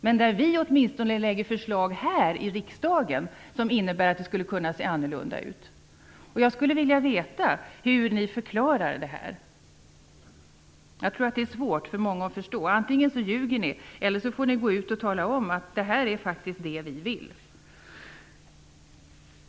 Men vi lägger åtminstone fram förslag här i riksdagen som innebär att det skulle kunna se annorlunda ut. Jag skulle vilja veta hur ni förklarar det här. Jag tror att det är svårt för många att förstå detta. Antingen ljuger ni, eller också får ni gå ut och tala om att det här faktiskt är det ni vill.